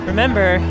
Remember